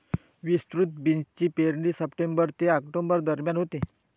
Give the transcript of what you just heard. विस्तृत बीन्सची पेरणी सप्टेंबर ते ऑक्टोबर दरम्यान होते